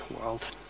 world